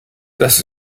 das